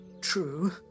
True